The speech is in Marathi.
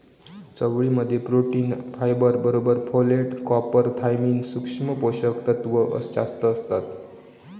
चवळी मध्ये प्रोटीन, फायबर बरोबर फोलेट, कॉपर, थायमिन, सुक्ष्म पोषक तत्त्व जास्तं असतत